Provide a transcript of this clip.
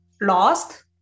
lost